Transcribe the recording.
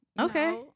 Okay